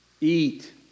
eat